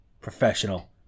professional